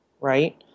right